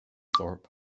thorpe